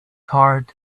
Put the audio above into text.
hard